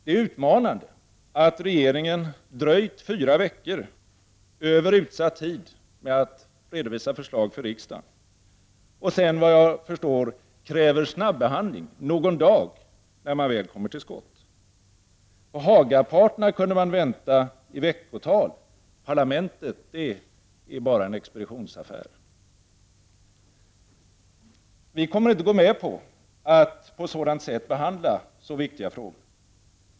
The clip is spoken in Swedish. Det är utmanande att regeringen har dröjt fyra veckor över utsatt tid med att redovisa förslag för riksdagen och sedan, såvitt jag förstår, kräver snabbehandling på någon dag, när man väl kommer till skott. På Haga-partyna kunde man vänta i veckotal. Parlamentet är bara en expeditionsaffär. Vi kommer inte att gå med på att behandla så viktiga frågor på sådant sätt.